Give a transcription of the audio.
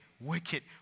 wicked